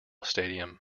stadium